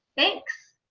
thanks.